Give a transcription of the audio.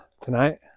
tonight